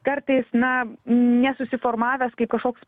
kartais na nesusiformavęs kaip kažkoks